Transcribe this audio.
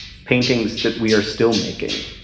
paintings that we are still making.